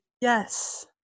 Yes